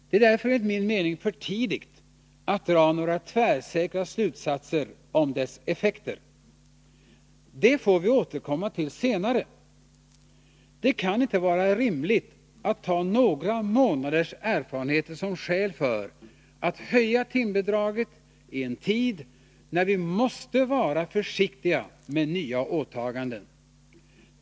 Det är därför enligt min mening för tidigt att dra några tvärsäkra slutsatser om dess effekter. Dem får vi återkomma till senare. Det kan inte vara rimligt att ha några månaders erfarenheter såsom skäl för att höja timbidraget i en tid, när vi måste vara försiktiga med nya åtaganden.